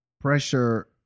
pressure